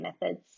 methods